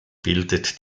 bildet